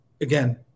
again